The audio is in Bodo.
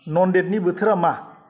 नन्देतनि बोथोरा मा